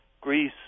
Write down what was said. Greece